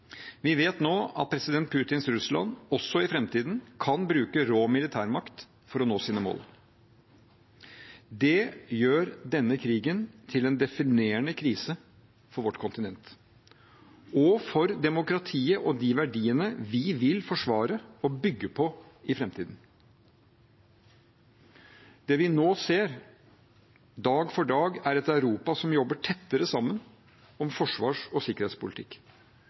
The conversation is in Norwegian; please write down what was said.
Vi vet nå at president Putins Russland – også i framtiden – kan bruke rå militærmakt for å nå sine mål. Det gjør denne krigen til en definerende krise for vårt kontinent og for demokratiet og de verdiene vi vil forsvare og bygge på i framtiden. Det vi nå ser, dag for dag, er et Europa som jobber tettere sammen om forsvars- og sikkerhetspolitikk.